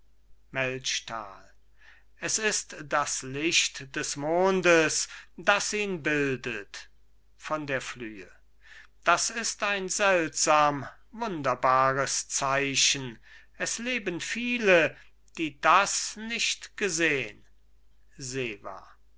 es ist das licht des mondes das ihn bildet von der flüe das ist ein seltsam wunderbares zeichen es leben viele die das nicht gesehn